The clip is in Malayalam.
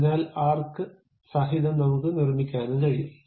അതിനാൽ ആർക്ക് സഹിതം നമുക്ക് നിർമ്മിക്കാനും കഴിയും